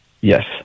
Yes